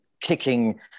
kicking